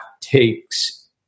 takes